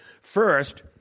First